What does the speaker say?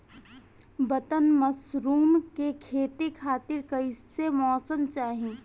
Button mushroom के खेती खातिर कईसे मौसम चाहिला?